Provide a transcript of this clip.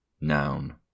noun